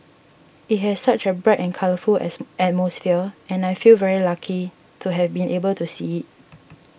it has such a bright and colourful as atmosphere and I feel very lucky to have been able to see it